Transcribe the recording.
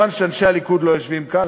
מובן שאנשי הליכוד לא יושבים כאן.